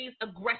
aggressive